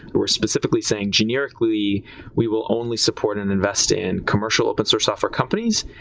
we're specifically saying generically we will only support in investing in commercial open source software companies,